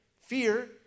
fear